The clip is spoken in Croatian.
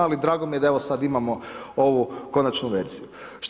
Ali drago mi je da evo sad imamo ovu konačnu verziju.